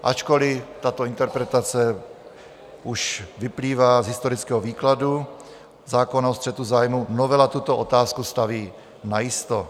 Ačkoli tato interpretace už vyplývá z historického výkladu zákona o střetu zájmů, novela tuto otázku staví najisto.